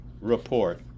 report